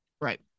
right